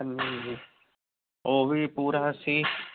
ਹਾਂਜੀ ਜੀ ਉਹ ਵੀ ਪੂਰਾ ਅਸੀਂ